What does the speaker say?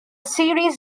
series